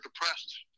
depressed